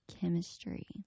chemistry